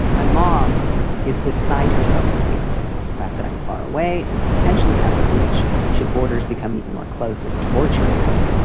my mom is beside herself with fear. the fact that i'm far away and potentially out of reach should borders become even more closed is torturing her.